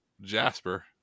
Jasper